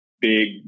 big